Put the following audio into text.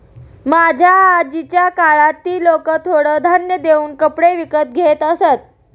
माझ्या आजीच्या काळात ती लोकं थोडं धान्य देऊन कपडे विकत घेत असत